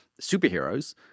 superheroes